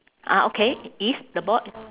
ah okay if the ball